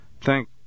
Thank—